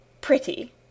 Pretty